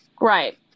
Right